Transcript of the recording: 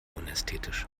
unästhetisch